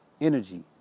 energy